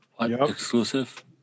Exclusive